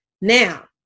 Now